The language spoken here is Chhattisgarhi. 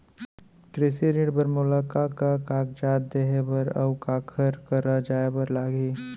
कृषि ऋण बर मोला का का कागजात देहे बर, अऊ काखर करा जाए बर लागही?